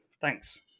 Thanks